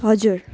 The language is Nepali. हजुर